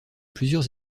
plusieurs